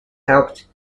helped